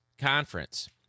conference